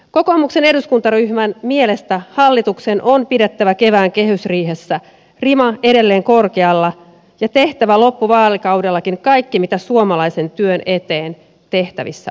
kokoomuksen eduskuntaryhmän mielestä hallituksen on pidettävä kevään kehysriihessä rima edelleen korkealla ja tehtävä loppuvaalikaudellakin kaikki mitä suomalaisen työn eteen tehtävissä on